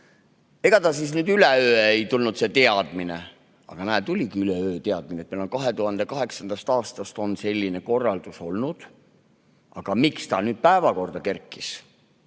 Ega see siis üleöö ei tulnud, see teadmine. Aga näe, tuligi üleöö teadmine, et meil on 2008. aastast selline korraldus olnud. Aga miks see nüüd päevakorrale kerkis?